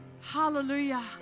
Hallelujah